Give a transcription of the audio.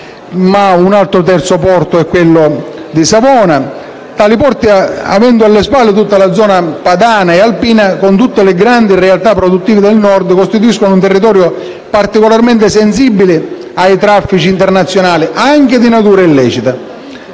un terzo porto è quello di Savona. Tali porti, avendo alle spalle tutta la zona padano-alpina, con le grandi realtà produttive del Nord, costituiscono un territorio particolarmente sensibile ai traffici internazionali, anche di natura illecita.